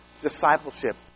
discipleship